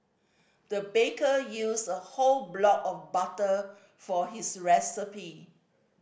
the baker used a whole block of butter for his recipe